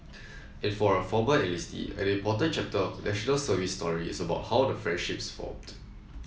and for a former enlistee an important chapter of the National Service story is about the friendships formed